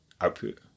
output